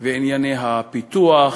בענייני הפיתוח